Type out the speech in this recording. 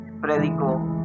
predicó